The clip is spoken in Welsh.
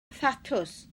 thatws